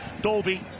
Dolby